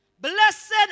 Blessed